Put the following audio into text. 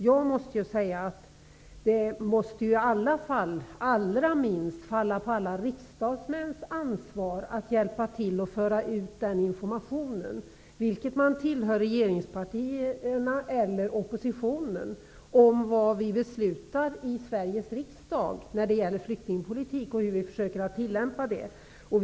Jag vill dock säga att det också måste vara riksdagsledamöternas ansvar, oavsett om man tillhör regeringspartierna eller oppositionen, att föra ut information om vad vi beslutar i Sveriges riksdag om flyktingpolitiken och om hur vi tillämpar detta.